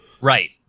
Right